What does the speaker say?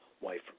wife